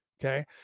Okay